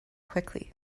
quickly